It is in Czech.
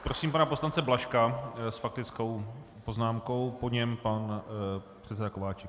Prosím pana poslance Blažka s faktickou poznámkou, po něm pan předseda Kováčik.